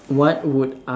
what would I